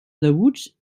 deguts